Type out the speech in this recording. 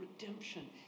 redemption